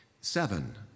seven